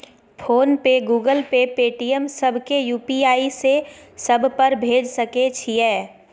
Phone पे, Google Pay, Paytm, सब के UPI से सब पर भेज सके छीयै?